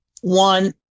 one –